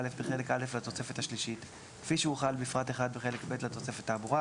בחלק א' לתוספת השלישית כפי שהוחל בפרט 1 בחלק ב' לתוספת האמורה